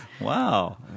Wow